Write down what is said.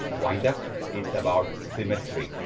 wind up it's about symmetry.